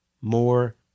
more